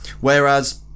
whereas